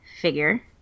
figure